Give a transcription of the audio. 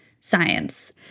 science